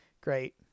great